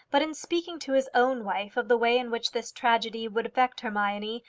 but in speaking to his own wife of the way in which this tragedy would affect hermione,